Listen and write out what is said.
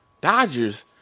Dodgers